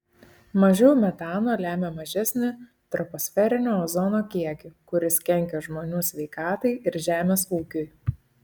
mažiau metano lemia mažesnį troposferinio ozono kiekį kuris kenkia žmonių sveikatai ir žemės ūkiui